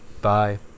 Bye